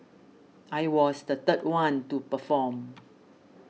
I was the third one to perform